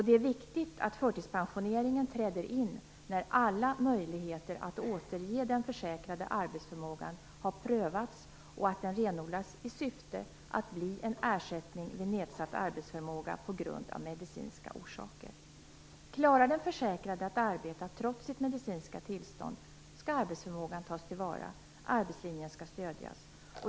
Det är viktigt att förtidspensioneringen träder in när alla möjligheter att återge de försäkrade arbetsförmågan har prövats och att den renodlas i syfte att bli en ersättning vid nedsatt arbetsförmåga på grund av medicinska orsaker. Klarar den försäkrade att arbeta trots sitt medicinska tillstånd skall arbetsförmågan tas till vara. Arbetslinjen skall understödjas.